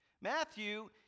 Matthew